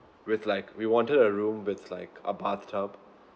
with like we wanted a room with like a bathtub